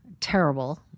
terrible